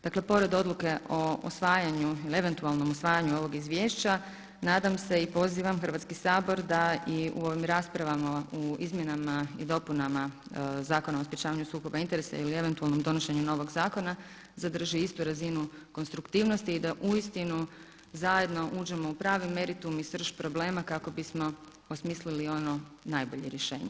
Dakle pored odluke o usvajanju ili eventualnom usvajanju ovog izvješća, nadam se i pozivam Hrvatski sabor da i u ovim raspravama u izmjenama i dopunama Zakona o sprečavanju sukoba interesa ili eventualnom donošenju novog zakona, zadrži istu razinu konstruktivnosti i da uistinu zajedno uđemo u pravi meritum i srž problema kako bismo osmisli ono najbolje rješenje.